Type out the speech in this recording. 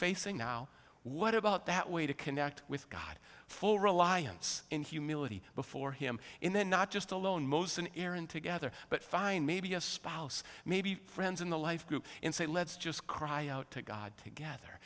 facing now what about that way to connect with god full reliance in humility before him in the not just alone most an errand together but find maybe a spouse maybe friends in the life group and say let's just cry out to god together